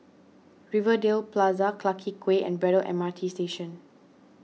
Rivervale Plaza Clarke Quay and Braddell M R T Station